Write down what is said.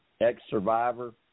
ex-survivor